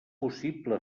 possible